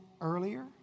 earlier